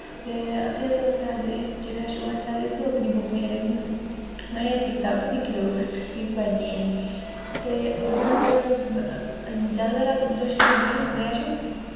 ते फ्ही उत्थें आऐ दे जेह्ड़े श उत्थुं अपनी बुक में अपनी कताब में पढ़नी ऐ ते इ'यां अस जैदातर अस उंदे कच्छ लैंदे जिंदे कच्छ